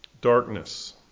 Darkness